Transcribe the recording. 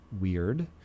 weird